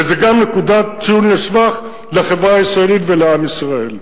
וזו גם נקודת ציון לשבח לחברה הישראלית ולעם ישראל.